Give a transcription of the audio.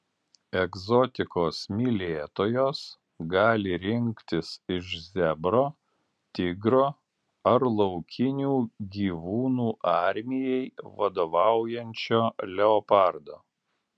egzotikos mylėtojos gali rinktis iš zebro tigro ar laukinių gyvūnų armijai vadovaujančio leopardo